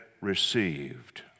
received